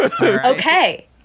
Okay